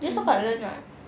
you also got learn [what]